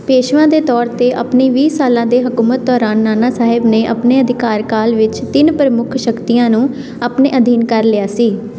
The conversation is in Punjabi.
ਪੇਸ਼ਵਾ ਦੇ ਤੌਰ 'ਤੇ ਆਪਣੀ ਵੀਹ ਸਾਲਾਂ ਦੇ ਹਕੂਮਤ ਦੌਰਾਨ ਨਾਨਾ ਸਾਹਿਬ ਨੇ ਆਪਣੇ ਅਧਿਕਾਰ ਕਾਲ ਵਿੱਚ ਤਿੰਨ ਪ੍ਰਮੁੱਖ ਸ਼ਕਤੀਆਂ ਨੂੰ ਆਪਣੇ ਅਧੀਨ ਕਰ ਲਿਆ ਸੀ